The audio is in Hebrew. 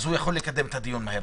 הוא יכול לקדם את הדיון מהר.